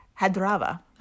Hadrava